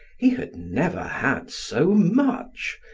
he had never had so much,